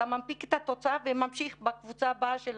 אתה מנפיק את התוצאה וממשיך בקבוצה הבאה של